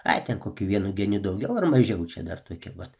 ai ten kokiu vienu geniu daugiau ar mažiau čia dar tokie vat